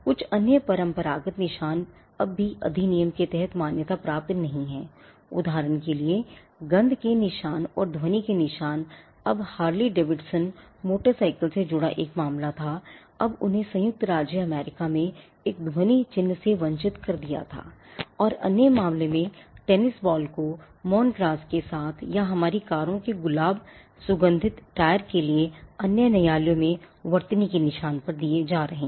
कुछ अन्य अपरंपरागत निशान अभी भी अधिनियम के तहत मान्यता प्राप्त नहीं हैं उदाहरण के लिए गंध के निशान और ध्वनि के निशान अब हार्ले डेविडसन के निशान दिए जा रहे हैं